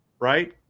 right